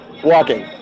walking